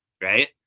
right